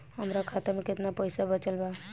हमरा खाता मे केतना पईसा बचल बा?